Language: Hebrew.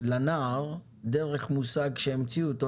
לנער דרך מושג שהמציאו אותו,